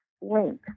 link